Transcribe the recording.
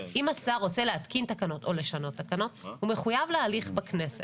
אם השר רוצה להתקין תקנות או לשנות תקנות הוא מחויב להליך בכנסת.